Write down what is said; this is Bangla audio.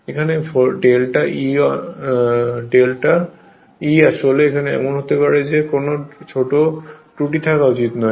এখানে ডেল্টা E আসলে এমন হতে পারে যে কোনও ছোট ত্রুটি থাকা উচিত নয়